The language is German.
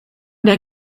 der